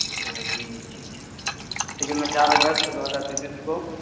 اچھا جی ٹھیک ہے ٹھیک ہے میں چار اگست دو ہزار چوبیس کو